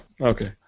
Okay